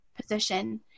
position